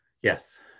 yes